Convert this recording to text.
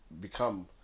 become